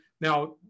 Now